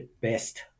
best